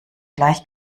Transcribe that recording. gleich